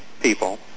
people